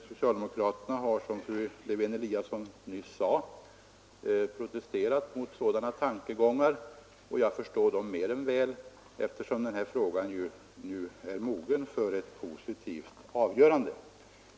Som fru Lewén-Eliasson sade har socialdemokraterna protesterat mot sådana tankar, och det förstår jag mer än väl eftersom denna fråga ju är mogen för ett positivt avgörande.